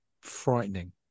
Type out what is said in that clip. frightening